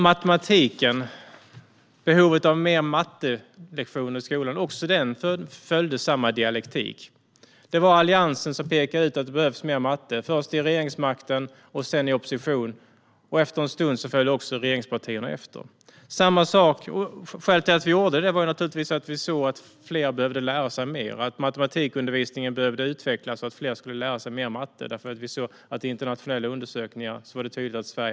Också behovet av fler mattelektioner i skolan följde samma dialektik. Det var Alliansen som, först i regeringsställning och sedan i opposition, pekade ut att det behövdes mer matte. Efter en stund följde regeringspartierna efter. Skälet till att vi gjorde det var att vi såg att fler behövde lära sig mer, att matematikundervisningen behövde utvecklas så att fler kunde lära sig mer matte och att vi såg att det var tydligt att Sverige halkade efter i internationella undersökningar.